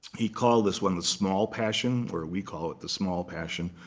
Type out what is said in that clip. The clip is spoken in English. he called this one the small passion, or we call it the small passion,